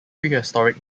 prehistoric